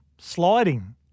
Sliding